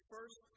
First